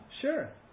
Sure